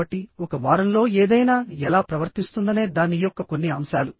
కాబట్టి ఒక వారంలో ఏదైనా ఎలా ప్రవర్తిస్తుందనే దాని యొక్క కొన్ని అంశాలు